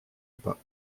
pas